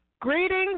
greetings